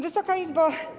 Wysoka Izbo!